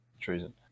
treason